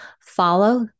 Follow